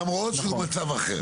למרות שזה מצב אחר.